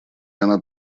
она